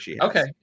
Okay